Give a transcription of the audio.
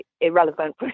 irrelevant